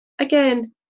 Again